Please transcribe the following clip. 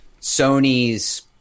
Sony's